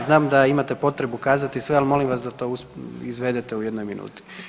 Znam da imate potrebu kazati sve, al molim vas da to izvedete u jednoj minuti.